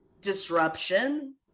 disruption